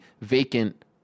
vacant